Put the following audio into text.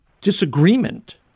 disagreement